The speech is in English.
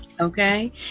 Okay